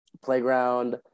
playground